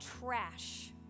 trash